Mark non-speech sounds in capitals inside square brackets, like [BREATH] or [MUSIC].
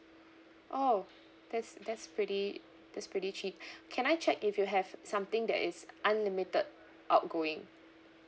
oh that's that's pretty that's pretty cheap [BREATH] can I check if you have something that is unlimited outgoing